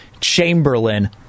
Chamberlain